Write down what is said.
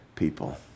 people